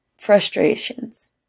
frustrations